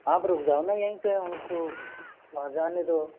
आप रुक जाओ ना यहीं पर उनको वहाँ जाने दो